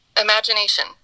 Imagination